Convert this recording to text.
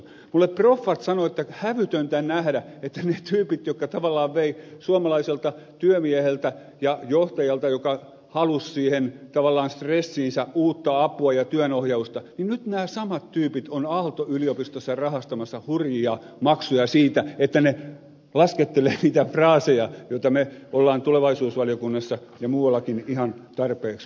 mulle proffat sanoo että on hävytöntä nähdä että ne samat tyypit jotka tavallaan veivät suomalaiselta työmieheltä ja johtajalta joka halusi siihen tavallaan stressiinsä uutta apua ja työnohjausta ovat nyt aalto yliopistossa rahastamassa hurjia maksuja siitä että ne laskettelevat niitä fraaseja joita me olemme tulevaisuusvaliokunnassa ja muuallakin ihan tarpeeksi kuulleet